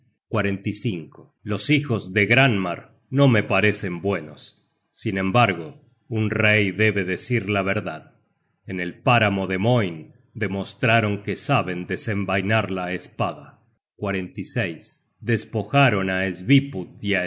jefes se tienen los hijos de granmar no me parecen buenos sin embargo un rey debe decir la verdad en el páramo de moin mostraron que saben desenvainar la espada despojaron á